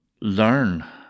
learn